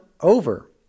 over